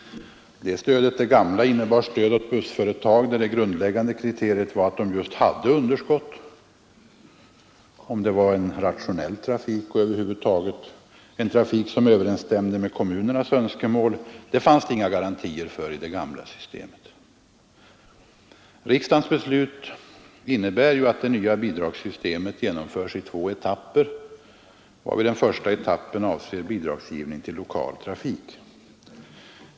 Det innebar stöd åt bussföretag, där det grundläggande kriteriet just var att de hade underskott. Om det var en rationell trafik och över huvud taget en trafik som överensstämde med kommunernas önskemål, för den saken fanns det inga garantier i det gamla systemet. Riksdagens beslut innebär att det nya bidragssystemet genomförs i två etapper, varvid den första etappen avser bidragsgivning till lokal trafik.